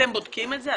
אתם בודקים את זה?